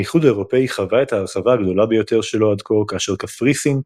האיחוד האירופי חווה את ההרחבה הגדולה ביותר שלו עד כה כאשר קפריסין,